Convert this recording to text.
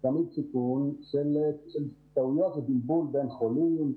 תמיד סיכון של טעויות ובלבול בין חולים.